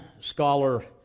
scholar